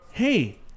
Hey